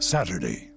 Saturday